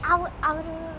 what the hell are you okay